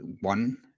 one